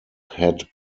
had